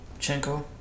Chenko